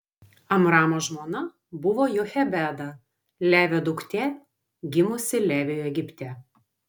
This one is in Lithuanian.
amramo žmona buvo jochebeda levio duktė gimusi leviui egipte